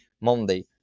Monday